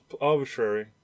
arbitrary